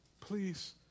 please